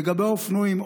לגבי אופנועים,